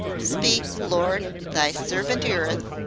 speak, lord, thy servant eareth,